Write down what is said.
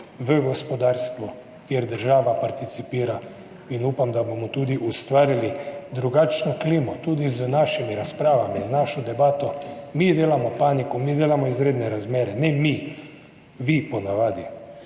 kmalu začela, kjer država participira. Upam, da bomo ustvarili drugačno klimo, tudi z našimi razpravami, z našo debato. Mi delamo paniko, mi delamo izredne razmere, ne mi, vi po navadi.